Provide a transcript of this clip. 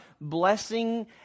blessing